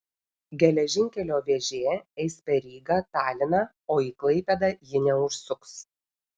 geležinkelio vėžė eis per ryga taliną o į klaipėdą ji neužsuks